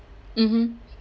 mmhmm